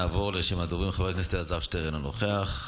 נעבור לרשימת הדוברים: חבר הכנסת אלעזר שטרן אינו נוכח,